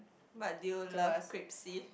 but do you love